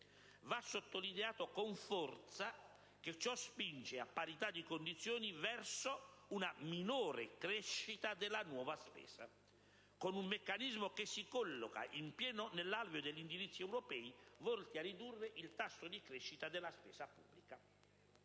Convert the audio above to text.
Va sottolineato con forza che ciò spinge, a parità di condizioni, verso una minore crescita della nuova spesa, con un meccanismo che si colloca in pieno nell'alveo degli indirizzi europei volti a ridurre il tasso di crescita della spesa pubblica.